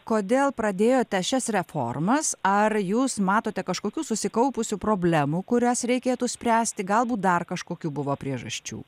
kodėl pradėjote šias reformas ar jūs matote kažkokių susikaupusių problemų kurias reikėtų spręsti galbūt dar kažkokių buvo priežasčių